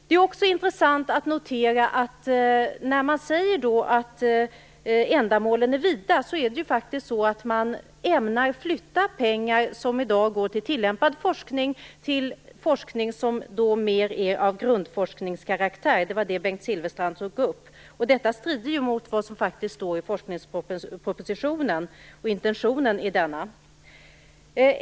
Det är också intressant att notera att när man säger att ändamålen är vita ämnar man att flytta pengar som i dag går till tillämpad forskning över till forskning som mera är av grundforskningskaraktär - det var detta som Bengt Silfverstrand tog upp. Det strider ju mot det som står i forskningspropositionen och intentionen i denna.